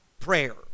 prayer